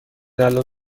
الان